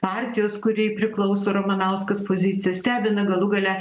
partijos kuriai priklauso ramanauskas pozicija stebina galų gale